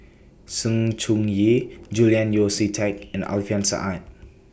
Sng Choon Yee Julian Yeo See Teck and Alfian Sa'at